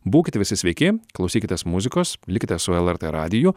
būkit visi sveiki klausykitės muzikos likite su lrt radiju